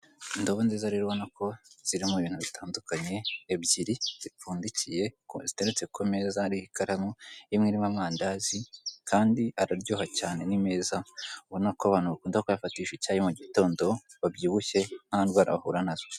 Indobo nziza rero ubona ko ziri mu bintu bitandukanye ebyiri zipfundikiye, ziteretse ku meza ariho ikaramu, imwe irimo amandazi kandi araryoha cyane ni meza bakunda kuyafatisha icyayi mu gitondo babyibushye nta ndwara bahura nazo.